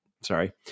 Sorry